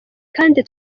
kandi